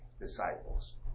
disciples